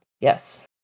Yes